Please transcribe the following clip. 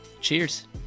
Cheers